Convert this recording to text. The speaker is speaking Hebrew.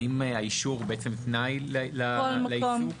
האם האישור הוא בעצם תנאי לעיסוק?